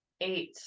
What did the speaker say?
eight